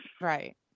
right